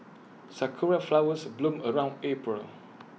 Sakura Flowers bloom around April